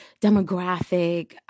demographic